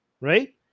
right